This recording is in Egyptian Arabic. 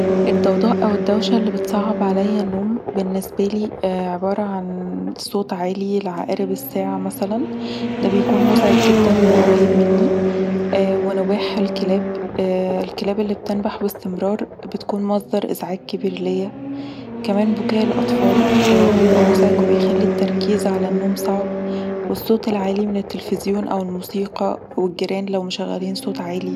الضوضاء او الدوشه اللي بتصعب عليا النوم بالنسبالي عباره عن صوت عالي لعقارب الساعه مثلا ده بيكون مزعج جدا لو قريب مني، ونباح الكلاب، الكلاب اللي بتنبح بإستمرار بتكون مصدر ازعاج كبير ليا، كمان بكاء الاطفال بيبقي مزعج وبيخلي التركيز علي النوم صعب، والصوت العالي من التلفزيون او الموسيقي، والجيران لو مشغلين صوت عالي